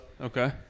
Okay